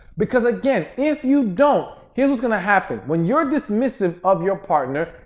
because again, if you don't, here's what's going to happen. when you're dismissive of your partner,